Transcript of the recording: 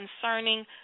concerning